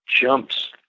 jumps